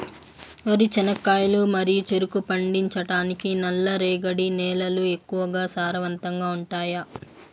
వరి, చెనక్కాయలు మరియు చెరుకు పండించటానికి నల్లరేగడి నేలలు ఎక్కువగా సారవంతంగా ఉంటాయా?